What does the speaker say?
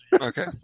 okay